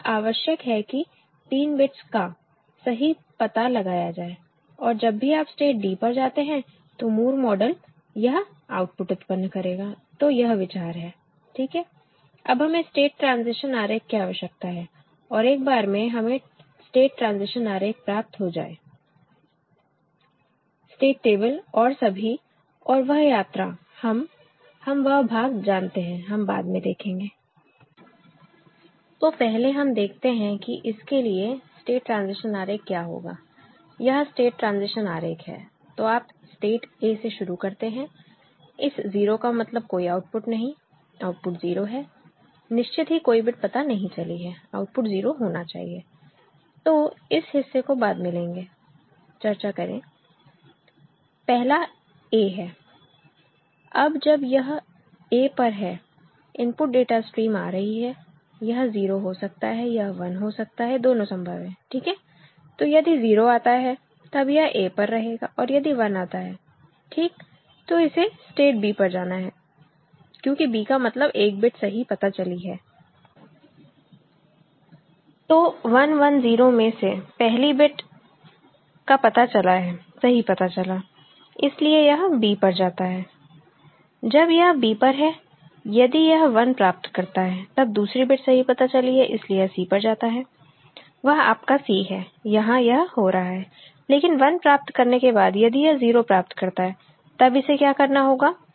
और यह यह आवश्यक है कि 3 बिट्स का सही पता लगाया जाए और जब भी आप स्टेट d पर जाते हैं तो मूर मॉडल यह आउटपुट उत्पन्न करेगा तो यह विचार है ठीक है अब हमें स्टेट ट्रांजिशन आरेख की आवश्यकता है और एक बार हमें स्टेट ट्रांजिशन आरेख प्राप्त हो जाए स्टेट टेबल और सभी और वह यात्रा हम हम वह भाग जानते हैं हम बाद में देखेंगे तो पहले हम देखते हैं कि इसके लिए स्टेट ट्रांजिशन आरेख क्या होगा यह स्टेट ट्रांजिशन आरेख है तो आप स्टेट a से शुरू करते हैं इस 0 का मतलब कोई आउटपुट नहीं आउटपुट 0 है निश्चित ही कोई बिट पता नहीं चली है आउटपुट 0 होना चाहिए तो इस हिस्से को बाद में लेंगे चर्चा करें पहला a है अब जब यह a पर है इनपुट डाटा स्ट्रीम आ रही है यह 0 हो सकता है यह 1 हो सकता है दोनों संभव है ठीक है तो यदि 0 आता है तब यह a पर रहेगा और यदि यह 1 आता है ठीक तो इसे स्टेट b पर जाना है क्योंकि b का मतलब 1 बिट सही पता चली है तो 1 1 0 में से पहली बिट का पता चला है सही पता चला इसलिए यह b पर जाता है जब यह b पर है यदि यह 1 प्राप्त करता है तब दूसरी बिट सही पता चली है इसलिए यह c पर जाता है वह आपका c है यहां यह हो रहा है लेकिन 1 प्राप्त करने के बाद यदि यह 0 प्राप्त करता है तब इसे क्या करना होगा